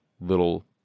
little